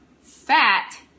fat